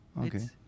Okay